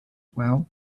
well